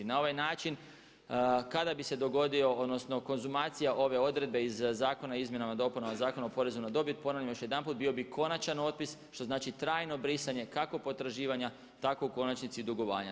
Na ovaj način kada bi se dogodio odnosno konzumacija ove odredbe iz Zakona o izmjenama i dopunama Zakona o porezu na dobit, ponavljam još jedanput bio bi konačan otpis što znači trajno brisanje kako potraživanja, tako u konačnici i dugovanja.